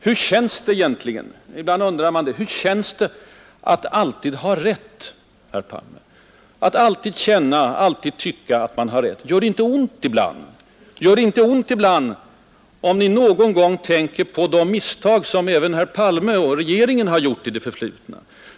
Hur känns det egentligen — ibland undrar man det — hur känns det att alltid ha rätt, herr Palme, att alltid känna, alltid tycka att man har rätt? Gör det inte ont ibland, om ni någon gång tänker på de misstag som även herr Palme och regeringen gjort i det förflutna?